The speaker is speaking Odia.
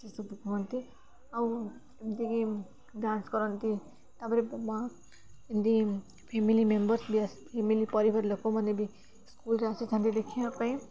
ଏସବୁ କୁହନ୍ତି ଆଉ ଏମ୍ତିକି ଡାନ୍ସ କରନ୍ତି ତା'ପରେ ମା' ଏମ୍ତି ଫ୍ୟାମିଲି ମେମ୍ବରସ୍ ବି ଆସ ଫ୍ୟାମିଲି ପରିବାର ଲୋକମାନେ ବି ସ୍କୁଲ୍ରେ ଆସିଥାନ୍ତି ଦେଖିବା ପାଇଁ